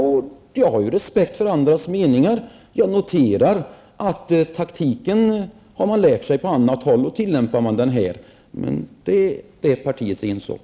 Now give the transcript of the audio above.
Jag har ju respekt för andras meningar, och jag noterar att man har lärt sig taktiken på annat håll och tillämpar den här -- men det är det partiets ensak.